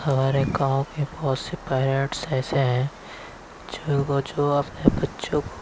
ہمارے گاؤں کے بہت سے پیرینٹس ایسے ہیں جن کو جو اپنے بچوں کو